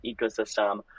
ecosystem